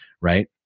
right